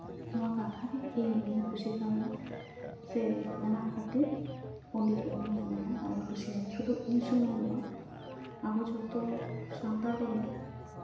ᱱᱚᱣᱟ ᱠᱟᱛᱷᱟ ᱜᱮ ᱤᱧ ᱫᱚᱢᱮᱧ ᱠᱩᱥᱤ ᱠᱟᱣᱫᱟ ᱥᱮ ᱚᱱᱟ ᱠᱷᱟᱹᱛᱤᱨ ᱯᱚᱸᱰᱤᱛ ᱨᱟᱹᱜᱷᱩᱱᱟᱛᱷ ᱢᱩᱨᱢᱩ ᱟᱨᱚᱧ ᱠᱩᱥᱤᱭᱟᱭᱟ ᱥᱩᱫᱷᱩ ᱤᱧ ᱥᱩᱢᱩᱱ ᱫᱚ ᱵᱟᱝ ᱟᱵᱚ ᱠᱷᱚᱛᱚ ᱥᱟᱱᱛᱟᱲ ᱠᱚᱜᱮ